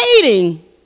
waiting